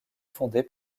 fondée